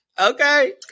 Okay